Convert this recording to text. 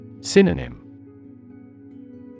Synonym